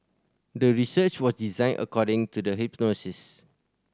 the research was designed according to the hypothesis